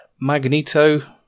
Magneto